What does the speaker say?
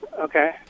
Okay